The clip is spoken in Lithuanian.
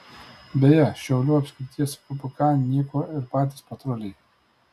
beje šiaulių apskrities vpk nyko ir patys patruliai